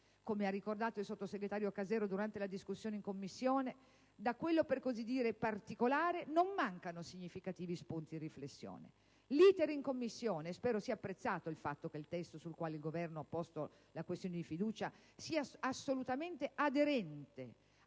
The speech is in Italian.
come ha ricordato il sottosegretario Casero durante la discussione in Commissione, da quello per così dire particolare non mancano significativi spunti di riflessione. L'*iter* in Commissione - e spero sia apprezzato il fatto che il testo sul quale il Governo ha posto la questione di fiducia sia assolutamente aderente al dibattito